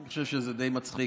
אני חושב שזה די מצחיק.